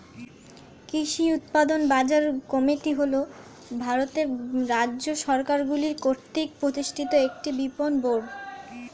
কৃষি উৎপাদন বাজার কমিটি হল ভারতের রাজ্য সরকারগুলি কর্তৃক প্রতিষ্ঠিত একটি বিপণন বোর্ড